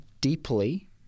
deeply